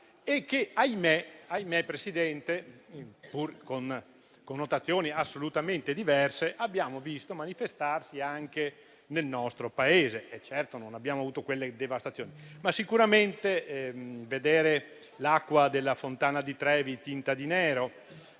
e che, ahimè, Presidente, pur con connotazioni assolutamente diverse, abbiamo visto manifestarsi anche nel nostro Paese. Certo, non abbiamo avuto simili devastazioni, ma sicuramente vedere l'acqua della fontana di Trevi tinta di nero,